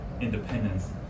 independence